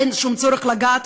אין שום צורך לגעת